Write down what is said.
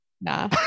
nah